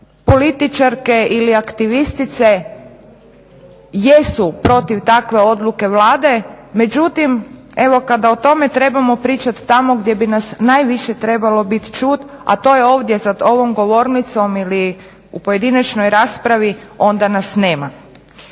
političarke ili aktivistice jesu protiv takve odluke Vlade, međutim kada o tome trebamo pričati tamo gdje bi nas najviše trebalo biti čut a to je ovdje za ovom govornicom ili u pojedinačnoj raspravi onda nas nema.